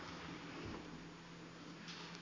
kiitos